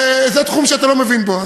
זה תחום שאתה לא מבין בו,